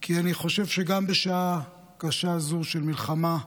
כי אני חושב שגם בשעה קשה זו של מלחמה,